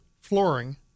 flooring